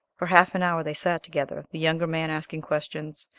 for half an hour they sat together, the younger man asking questions,